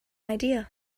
idea